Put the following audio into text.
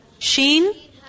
Sheen